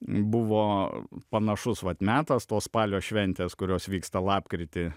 buvo panašus vat metas tos spalio šventės kurios vyksta lapkritį